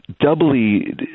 doubly